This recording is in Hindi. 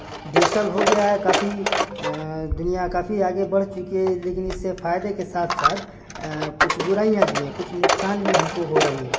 डिजिटल हो गया है काफी दुनिया काफी आगे बढ़ चुकी है लेकिन इससे फायदे के साथ साथ कुछ बुराइयाँ भी हैं कुछ नुकसान भी हमको हो रही है